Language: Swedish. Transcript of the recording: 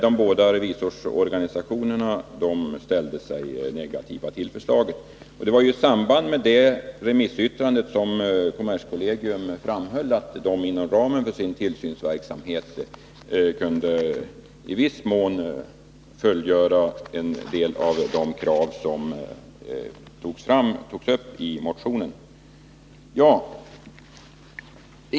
De båda revisorsorganisationerna ställde sig negativa till förslaget om utredning. Kommerskollegium framhöll i remissyttrandet att kollegiet inom ramen för sin tillsynsverksamhet i viss mån kunde uppfylla en del av de krav som tagits upp i motionerna.